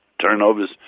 turnovers